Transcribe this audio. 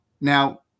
Now